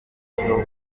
cyo